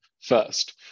first